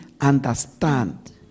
understand